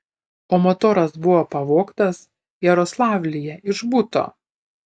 o motoras buvo pavogtas jaroslavlyje iš buto